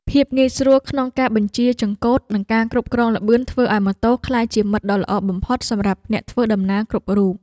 ភាពងាយស្រួលក្នុងការបញ្ជាចង្កូតនិងការគ្រប់គ្រងល្បឿនធ្វើឱ្យម៉ូតូក្លាយជាមិត្តដ៏ល្អបំផុតសម្រាប់អ្នកធ្វើដំណើរគ្រប់រូប។